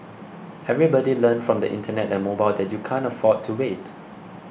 everybody learned from the Internet and mobile that you can't afford to wait